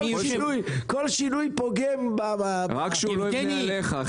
כל שינוי פוגם ב --- רק שהוא לא יבנה עליך.